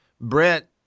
Brett